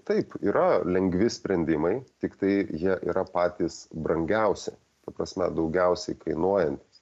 taip yra lengvi sprendimai tiktai jie yra patys brangiausi ta prasme daugiausiai kainuojantys